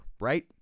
right